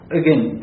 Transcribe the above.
again